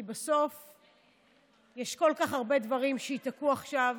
כי בסוף יש כל כך הרבה דברים שייתקעו עכשיו